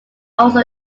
also